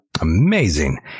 Amazing